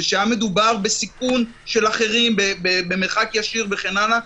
ושהיה מדובר בסיכון של אחרים במרחק ישיר וכן הלאה,